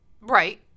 Right